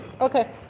Okay